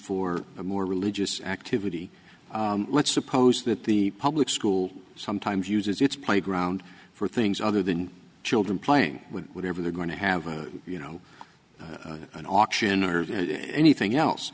for a more religious activity let's suppose that the public school sometimes uses its playground for things other than children playing whatever they're going to have you know an auction or anything